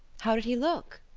how did he look?